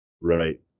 right